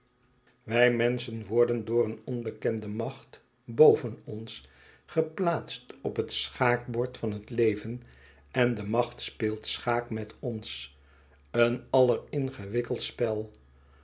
wij menschen worden door een onbekende macht boven ons geplaatst op het schaakbord van het leven en de macht speelt schaak met ons een alleringewikkeldst spel